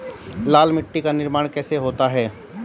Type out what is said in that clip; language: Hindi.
लाल मिट्टी का निर्माण कैसे होता है?